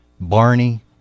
Barney